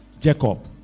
Jacob